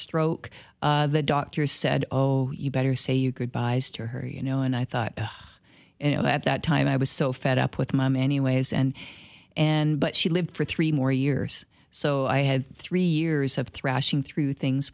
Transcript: stroke the doctors said oh you better say you goodbyes to her you know and i thought you know at that time i was so fed up with my many ways and and but she lived for three more years so i had three years have thrashing through things